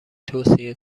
توصیه